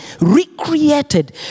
Recreated